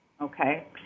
okay